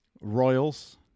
Royals